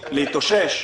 להתאושש?